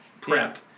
prep